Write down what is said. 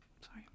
Sorry